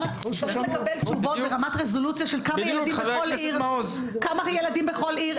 צריך לקבל תשובות ברמת רזולוציה של: כמה ילדים בכל עיר,